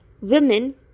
women